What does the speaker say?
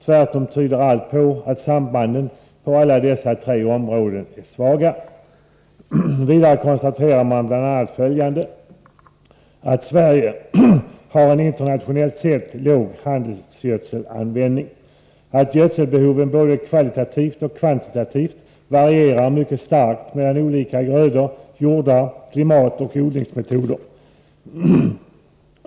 Tvärtom tyder allt på att sambanden på alla dessa tre områden är svaga.” Vidare konstaterar man bl.a. följande: ”att Sverige har en internationellt sett låg handelsgödselanvändning, att gödselbehoven både kvalitativt och kvantitativt varierar mycket starkt mellan olika grödor, jordar, klimat och odlingsmetoder.